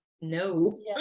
No